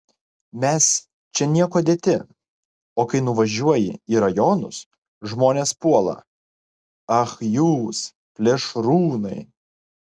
mes čia niekuo dėti o kai nuvažiuoji į rajonus žmonės puola ach jūs plėšrūnai